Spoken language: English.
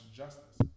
justice